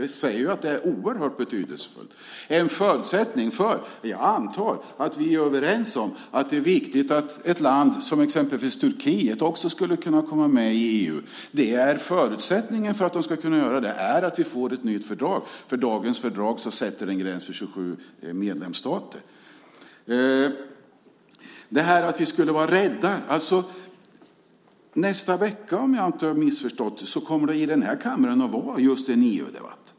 Jag säger ju att det är oerhört betydelsefullt. Jag antar att vi är överens om att det är viktigt att ett land som exempelvis Turkiet också kan komma med i EU. Förutsättningen för att de ska kunna göra det är att vi får ett nytt fördrag. Dagens fördrag sätter en gräns vid 27 medlemsstater. Nästa vecka, om jag inte har missförstått det, kommer det att vara en EU-debatt här i kammaren.